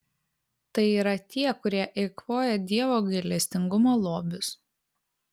tai yra tie kurie eikvoja dievo gailestingumo lobius